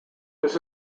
this